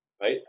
Right